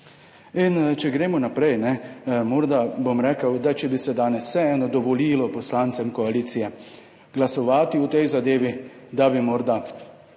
In če gremo naprej, morda, bom rekel, da če bi se danes vseeno dovolilo poslancem koalicije glasovati o tej zadevi, da bi morda